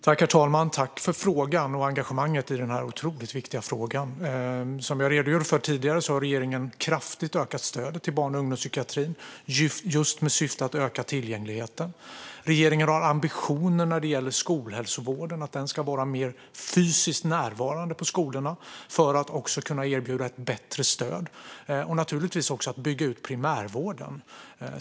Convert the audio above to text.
Herr talman! Jag tackar för engagemanget i denna otroligt viktiga fråga. Som jag har redogjort för tidigare har regeringen kraftigt ökat stödet till barn och ungdomspsykiatrin, just med syfte att öka tillgängligheten. Regeringen har ambitionen att skolhälsovården ska vara mer fysiskt närvarande på skolorna för att kunna erbjuda ett bättre stöd. Naturligtvis ska primärvården byggas ut.